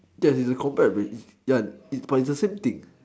that is a combat reddish yes it's but it's the same thing